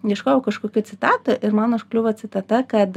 ieškojau kažkokių citatą ir man užkliuvo citata kad